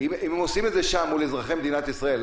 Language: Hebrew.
אם עושים את זה שם מול אזרחי מדינת ישראל,